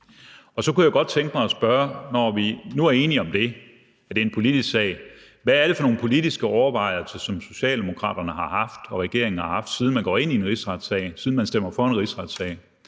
sag. Så kunne jeg godt tænke mig at spørge, når vi nu er enige om det – at det er en politisk sag – hvad det er for nogle politiske overvejelser, som Socialdemokraterne og regeringen har haft, siden man går ind i en rigsretssag, stemmer for en rigsretssag.